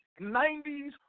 90s